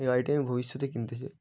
এই গাড়িটি আমি ভবিষ্যতে কিনতে চাই